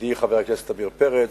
ידידי חבר הכנסת עמיר פרץ,